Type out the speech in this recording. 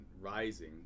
rising